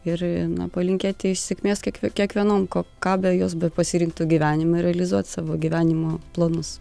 ir palinkėti sėkmės kiek kiekvienom ko ką be jos bepasirinktų gyvenime realizuoti savo gyvenimo planus